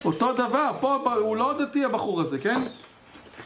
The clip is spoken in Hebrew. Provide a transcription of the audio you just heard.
אותו דבר, פה הוא לא דתי הבחור הזה, כן?